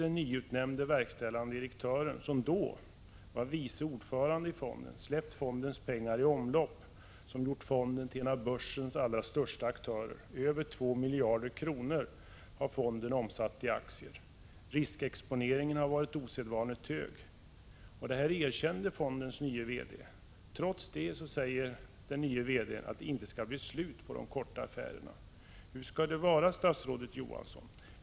den nyutnämnde verkställande direktören, som då var vice ordförande i fonden, släppt fondens pengar i omlopp i en omfattning som gjort fonden till en av börsens allra största aktörer: över 2 miljarder kronor har fonden omsatt i aktier. Riskexponeringen har varit osedvanligt hög. Detta erkände fondens nye VD. Trots det säger han att det inte skall bli slut på de korta affärerna! Hur skall det vara, statsrådet Johansson?